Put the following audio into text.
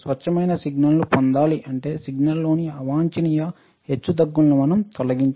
స్వచ్ఛమైన సిగ్నల్ను పొందాలి అంటే సిగ్నల్లోని అవాంఛిత హెచ్చుతగ్గులను మనం తొలగించాలి